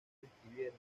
describieron